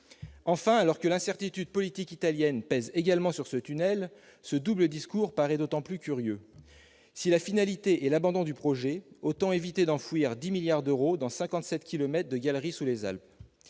Enfin, alors que l'incertitude politique italienne pèse également sur le tunnel, ce double discours paraît d'autant plus curieux. Si la finalité est l'abandon du projet, autant éviter d'enfouir 10 milliards d'euros dans 57 kilomètres de galeries sous les Alpes